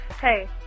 Hey